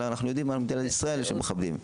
אלא אנחנו יודעים שבמדינת ישראל מכבדים.